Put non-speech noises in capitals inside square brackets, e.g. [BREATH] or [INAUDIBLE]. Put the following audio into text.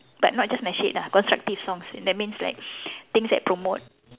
but not just nasyid ah constructive songs that means like [BREATH] things that promote